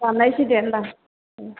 दाननायसै दे होनबा औ